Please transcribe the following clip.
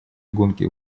гонки